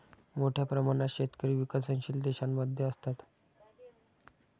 मोठ्या प्रमाणात शेतकरी विकसनशील देशांमध्ये असतात